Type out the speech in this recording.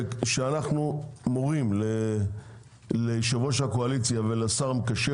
שאנחנו מורים ליושב-ראש הקואליציה ולשר המקשר